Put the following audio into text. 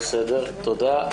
תודה.